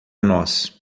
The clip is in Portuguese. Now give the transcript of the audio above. nós